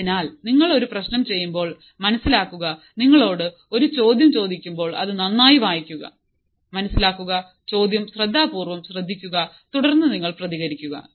അതിനാൽ നിങ്ങൾ ഒരു പ്രശ്നം ചെയ്യുമ്പോൾ മനസിലാക്കുക നിങ്ങളോട് ഒരു ചോദ്യം ചോദിക്കുമ്പോൾ അത് നന്നായി വായിക്കുക മനസിലാക്കുക ചോദ്യം ശ്രദ്ധാപൂർവ്വം ശ്രദ്ധിക്കുക തുടർന്ന് നിങ്ങൾ പ്രതികരിക്കുക